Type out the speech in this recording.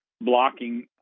blocking